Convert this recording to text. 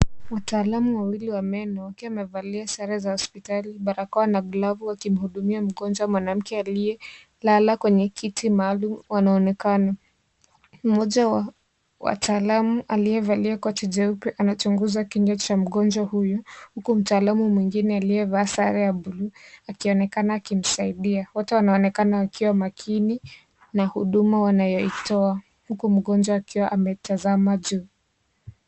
Wataalamu wawili wa meno wakiwa wamevalia sare za hospitali, barakoa na glavu wakimhudumia mgonjwa mwanamke aliyelala kwenye kiti maalum wanaonekana. Mmoja wa wataalam aliyevalia koti jeupe anachunguza kinywa cha mwanamke huyu, huku mtaalam mwingine aliyevaa sare ya bluu akionekana akimsaidia. Wote wanaonekana wakiwa makini na huduma wanayoitoa, huku mgonjwa akiwa ametazama juu.